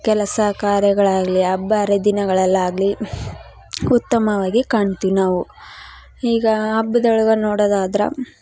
ಕೆಲಸ ಕಾರ್ಯಗಳಾಗಲಿ ಹಬ್ಬ ಹರಿದಿನಗಳಲ್ಲಾಗ್ಲಿ ಉತ್ತಮವಾಗಿ ಕಾಣ್ತೀವಿ ನಾವು ಈಗ ಹಬ್ದೊಳಗ ನೋಡೋದಾದ್ರೆ